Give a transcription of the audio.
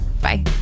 Bye